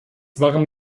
waren